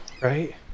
right